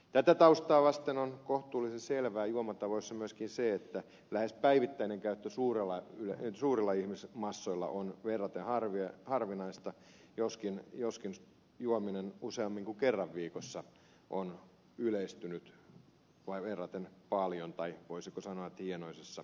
tätä taustaa vasten on kohtuullisen selvää juomatavoissa myöskin se että lähes päivittäinen käyttö on käyty suurella suulla ihmiset massoilla suurilla ihmismassoilla verraten harvinaista joskin juominen useammin kuin kerran viikossa on yleistynyt verraten paljon tai voisiko sanoa että on hienoisessa nousussa